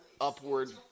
upward